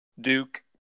Duke